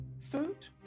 food